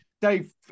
Dave